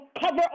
cover